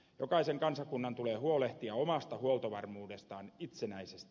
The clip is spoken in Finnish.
jokaisen kansakunnan tulee huolehtia omasta huoltovarmuudestaan itsenäisesti